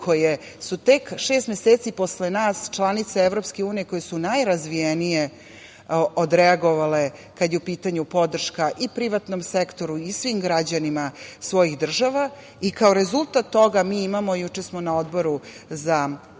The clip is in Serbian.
koje su tek šest meseci posle nas članice EU, koje su najrazvijenije, odreagovale kada je u pitanju podrška i privatnom sektoru i svim građanima svojih država. Kao rezultat toga mi imamo, juče smo na Odboru za